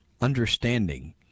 understanding